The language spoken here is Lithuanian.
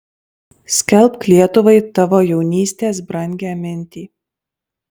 skelbk lietuvai tavo jaunystės brangią mintį